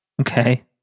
okay